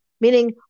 Meaning